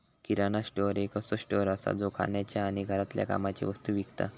किराणा store एक असो store असा जो खाण्याचे आणि घरातल्या कामाचे वस्तु विकता